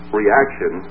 reaction